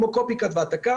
כמו העתק-הדבק.